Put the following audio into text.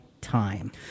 time